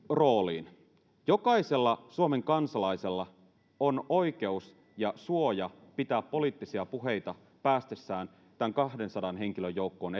rooliin jokaisella suomen kansalaisella on oikeus ja suoja pitää poliittisia puheita päästessään tämän kahdensadan henkilön joukkoon